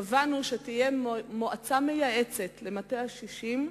קבענו שתהיה מועצה מייעצת למטה ה-60,